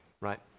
right